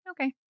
Okay